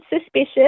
suspicious